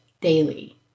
daily